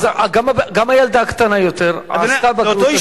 גם הילדה הקטנה יותר עשתה בגרות השבוע.